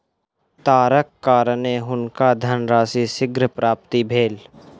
तारक कारणेँ हुनका धनराशि शीघ्र प्राप्त भेल